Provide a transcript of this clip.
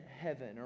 heaven